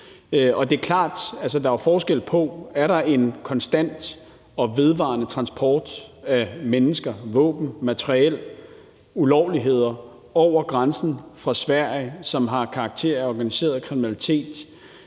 der er forskel på, om der er en konstant og vedvarende transport af mennesker, våben, materiel, ulovligheder over grænsen fra Sverige, som har karakter af organiseret kriminalitet,